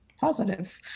positive